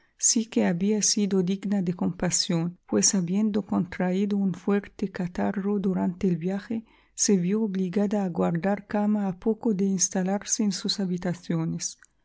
sí que había sido digna de compasión pues habiendo contraído un fuerte catarro durante el viaje se vió obligada a guardar cama a poco de instalarse en sus habitaciones